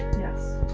yes.